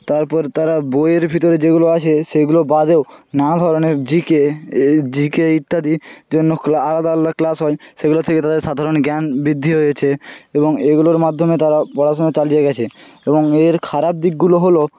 তারপর তারা বইয়ের ভিতরে যেগুলো আছে সেগুলো বাদেও নানা ধরনের জিকে এই জিকে ইত্যাদি জন্য ক্লা আলাদা আলাদা ক্লাস হয় সেগুলো শিখে তাদের সাধারণ জ্ঞান বৃদ্ধি হয়েছে এবং এইগুলোর মাধ্যমে তারা পড়াশোনা চালিয়ে গিয়েছে এবং এর খারাপ দিকগুলো হল